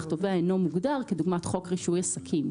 תובע אינו מוגדר כדוגמת חוק רישוי עסקים,